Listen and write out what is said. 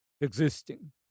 existing